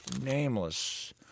nameless